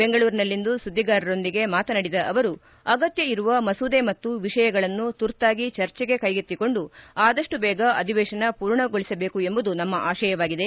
ಬೆಂಗಳೂರಿನಲ್ಲಿಂದು ಸುದ್ದಿಗಾರರೊಂದಿಗೆ ಮಾತನಾಡಿದ ಅವರು ಅಗತ್ಯ ಇರುವ ಮಸೂದೆ ಮತ್ತು ವಿಷಯಗಳನ್ನು ತುರ್ತಾಗಿ ಚರ್ಚೆಗೆ ಕ್ಕೆಗೆತ್ತಿಕೊಂಡು ಆದಷ್ಟು ಬೇಗ ಅಧಿವೇಶನ ಪೂರ್ಣಗೊಳಿಸಬೇಕು ಎಂಬುದು ನಮ್ಮ ಆಶಯವಾಗಿದೆ